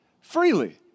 Freely